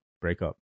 breakup